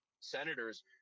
senators